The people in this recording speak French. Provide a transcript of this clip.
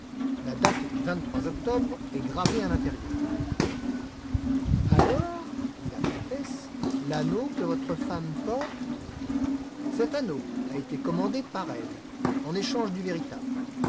la date du vingt-trois octobre est gravée à l'intérieur alors dit la comtesse l'anneau que votre femme porte cet anneau a été commandé par elle en échange du véritable